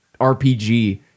RPG